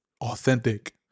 authentic